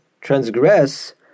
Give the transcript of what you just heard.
transgress